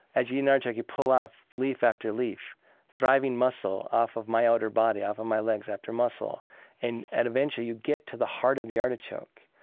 as you eat an artichoke, you pull off leaf after leaf thriving muscle off of my outer body, off of my legs, after muscle and and eventually you get to the heart of the artichoke.